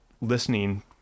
listening